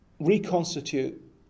reconstitute